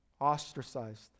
ostracized